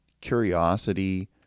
curiosity